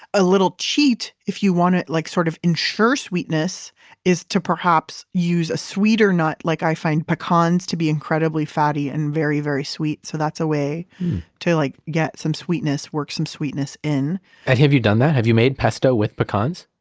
a little cheat if you want to like sort of ensure sweetness is to perhaps use a sweeter nut, like i find pecans to be incredibly fatty and very, very sweet. so, that's a way to like get some sweetness, work some sweetness in and have you done that? have you made pesto with pecans?